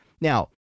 Now